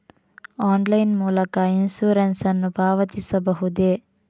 Online ಮೂಲಕ insurance ನ್ನು ಪಾವತಿಸಬಹುದೇ?